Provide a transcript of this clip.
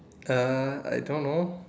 uh I don't know